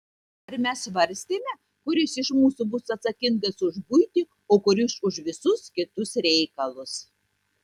ar mes svarstėme kuris iš mūsų bus atsakingas už buitį o kuris už visus kitus reikalus